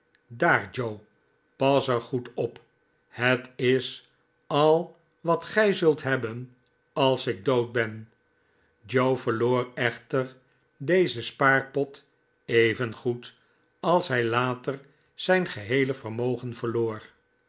daar joe pas er goed op het is al wat gij zult hebben als ik dood ben joe verloor echter dezen spaarpot evengoed als hij later zijn geheele vermogen verloor